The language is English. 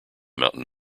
mountain